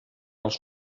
els